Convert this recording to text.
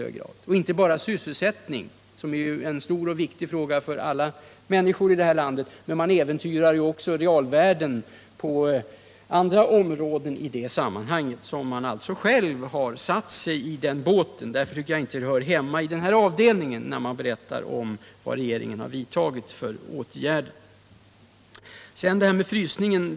Det gäller f. ö. inte bara sysselsättningen — som är en stor och viktig fråga för alla människor här i landet — utan man äventyrar också realvärden på andra områden där man själv har satt sig i den båt man sitter i. Därför tycker jag att talet om vad regeringen har vidtagit för åtgärder inte hör hemma i denna diskussion.